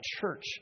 church